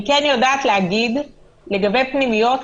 אני כן יודעת לומר לגבי פנימיות,